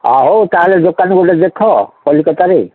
ହଁ ହଉ ତାହେଲେ ଦୋକାନ ଗୋଟେ ଦେଖ କଲିକତାରେ